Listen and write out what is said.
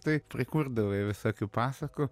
tai prikurdavai visokių pasakų